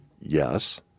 Yes